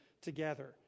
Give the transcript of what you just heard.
together